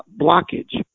blockage